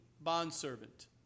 bondservant